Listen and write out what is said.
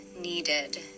needed